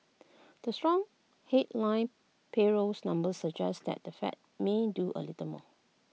the strong headline payrolls numbers suggest that the fed may do A little more